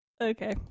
okay